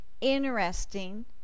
interesting